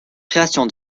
création